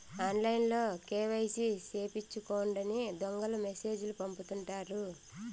ఆన్లైన్లో కేవైసీ సేపిచ్చుకోండని దొంగలు మెసేజ్ లు పంపుతుంటారు